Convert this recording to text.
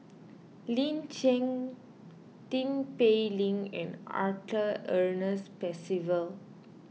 Lin Chen Tin Pei Ling and Arthur Ernest Percival